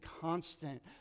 constant